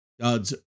God's